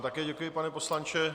Také vám děkuji, pane poslanče.